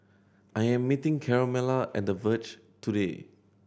I am meeting Carmella at The Verge today